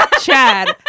Chad